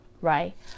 right